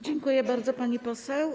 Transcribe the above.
Dziękuję bardzo, pani poseł.